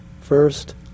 First